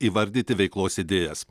įvardyti veiklos idėjas